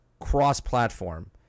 cross-platform